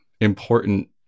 important